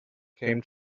came